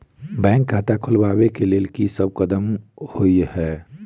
Bank खाता खोलबाबै केँ लेल की सब कदम होइ हय?